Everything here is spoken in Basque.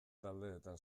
taldeetan